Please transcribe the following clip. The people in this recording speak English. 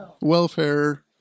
Welfare